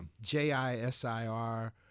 j-i-s-i-r